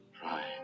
try